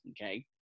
okay